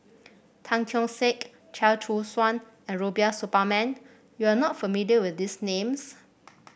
Tan Keong Saik Chia Choo Suan and Rubiah Suparman you are not familiar with these names